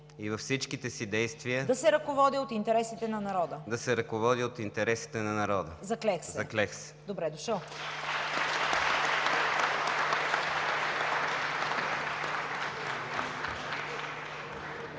и във всичките си действия да се ръководя от интересите на народа. Заклех се!“